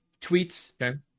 tweets